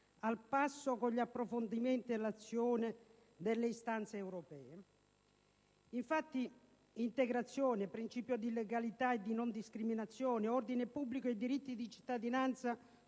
al passo con gli approfondimenti e l'azione delle istanze europee. Integrazione, principio di legalità e di non discriminazione, ordine pubblico e diritti di cittadinanza